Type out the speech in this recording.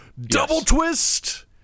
double-twist